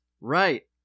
Right